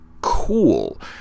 COOL